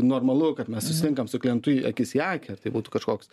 normalu kad mes susitinkam su klientu akis į akį ar tai būtų kažkoks